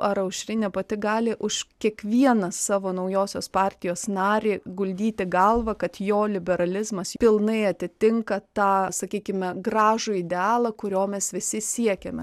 ar aušrinė pati gali už kiekvieną savo naujosios partijos narį guldyti galvą kad jo liberalizmas pilnai atitinka tą sakykime gražų idealą kurio mes visi siekiame